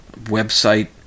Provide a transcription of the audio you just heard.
website